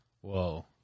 Whoa